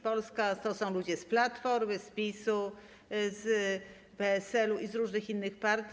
Polska to są ludzie z Platformy, z PiS-u, z PSL-u i z różnych innych partii.